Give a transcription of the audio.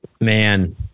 Man